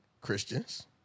Christians